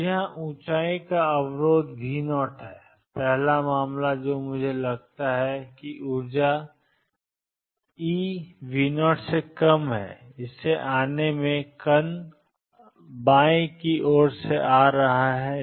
तो यहां ऊंचाई का अवरोध है V0 और पहला मामला जो मुझे लगता है कि ऊर्जा EV0 में आने का एक कण है बाएं हाथ की ओर 0 है